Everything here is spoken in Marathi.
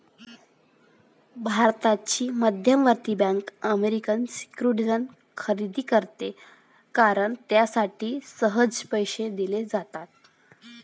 भारताची मध्यवर्ती बँक अमेरिकन सिक्युरिटीज खरेदी करते कारण त्यासाठी सहज पैसे दिले जातात